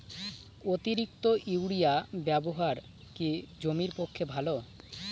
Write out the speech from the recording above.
অতিরিক্ত ইউরিয়া ব্যবহার কি জমির পক্ষে ভালো?